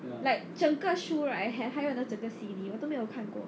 like 整个书 right 还有整个 C_D 我都没有看过